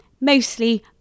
mostly